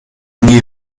new